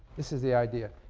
this is the idea.